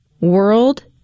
World